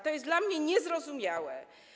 To jest dla mnie niezrozumiałe.